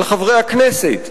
על חברי הכנסת,